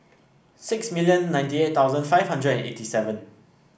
six million ninety eight thousand five hundred and eighty seven